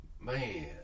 Man